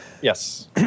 Yes